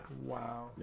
Wow